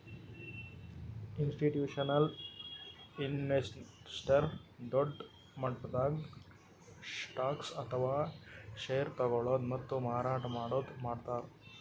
institutional investors ದೊಡ್ಡ್ ಮಟ್ಟದ್ stocks ಅಥವಾ ಷೇರ್ ತಗೋಳದು ಮತ್ತ್ ಮಾರಾಟ್ ಮಾಡದು ಮಾಡ್ತಾರ್